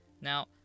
Now